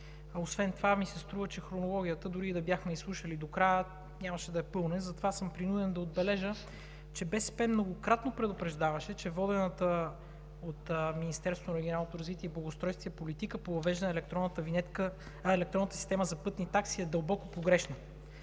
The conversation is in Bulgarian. Освен това ми се струва, че хронологията, дори да я бяхме изслушали докрая, нямаше да е пълна. Затова съм длъжен да отбележа, че БСП многократно предупреждаваше, че водената от Министерството на регионалното развитие и благоустройството политика по въвеждане на електронната система за пътни такси е дълбоко погрешна.